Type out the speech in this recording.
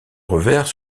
revers